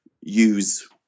use